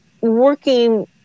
working